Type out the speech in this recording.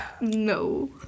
No